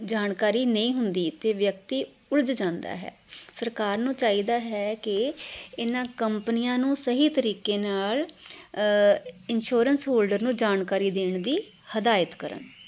ਜਾਣਕਾਰੀ ਨਹੀਂ ਹੁੰਦੀ ਅਤੇ ਵਿਅਕਤੀ ਉਲਝ ਜਾਂਦਾ ਹੈ ਸਰਕਾਰ ਨੂੰ ਚਾਹੀਦਾ ਹੈ ਕਿ ਇਹਨਾਂ ਕੰਪਨੀਆਂ ਨੂੰ ਸਹੀ ਤਰੀਕੇ ਨਾਲ ਇੰਸ਼ੋਰੈਂਸ ਹੋਲਡਰ ਨੂੰ ਜਾਣਕਾਰੀ ਦੇਣ ਦੀ ਹਦਾਇਤ ਕਰਨ